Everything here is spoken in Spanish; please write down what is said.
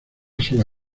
sola